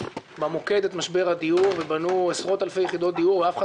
במוקד את משבר הדיור ובנו עשרות-אלפי יחידות דיור כשאף אחד